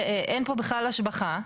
אין פה בכלל השבחה,